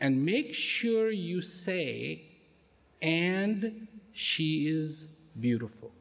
and make sure you say and she is beautiful